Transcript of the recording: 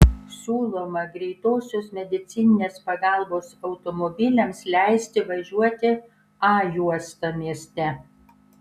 siūloma greitosios medicininės pagalbos automobiliams leisti važiuoti a juosta mieste